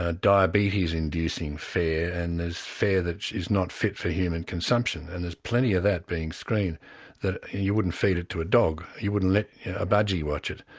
ah diabetes-inducing fare, and there's fare that's not fit for human consumption, and there's plenty of that being screened that you wouldn't feed it to a dog you wouldn't let a budgie watch it.